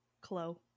Clo